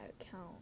account